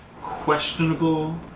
questionable